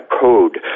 code